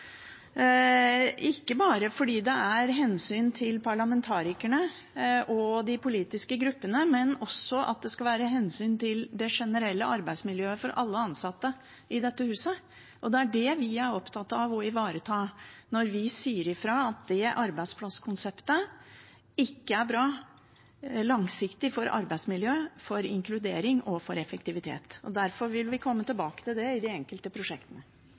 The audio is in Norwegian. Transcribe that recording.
ikke bare av hensyn til parlamentarikerne og de politiske gruppene, men også fordi det skal tas hensyn til det generelle arbeidsmiljøet for alle ansatte i dette huset. Det er det vi er opptatt av å ivareta når vi sier fra om at det arbeidsplasskonseptet på lang sikt ikke er bra for arbeidsmiljøet, for inkludering og for effektivitet. Derfor vil vi komme tilbake til det i de enkelte prosjektene.